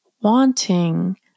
wanting